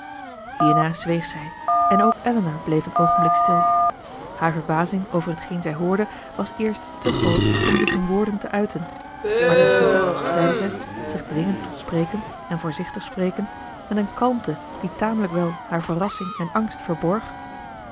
hierna zweeg zij en ook elinor bleef een oogenblik stil haar verbazing over hetgeen zij hoorde was eerst te groot om zich in woorden te uiten maar ten slotte zeide zij zich dwingend tot spreken en voorzichtig spreken met een kalmte die tamelijk wel haar verrassing en angst verborg